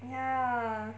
ya